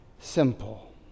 Simple